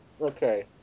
Okay